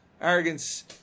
arrogance